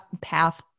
path